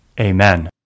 Amen